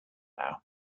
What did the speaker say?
now